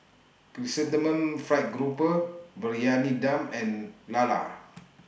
Chrysanthemum Fried Grouper Briyani Dum and Lala